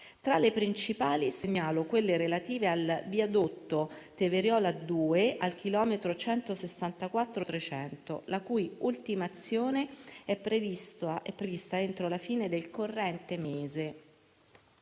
Tra le principali segnalo quelle relative al viadotto Teverola 2, al chilometro 164,300, la cui ultimazione è prevista entro la fine del corrente mese.